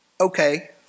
okay